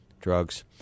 drugs